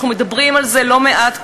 אנחנו מדברים על זה לא מעט כאן.